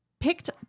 Picked